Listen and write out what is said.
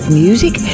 music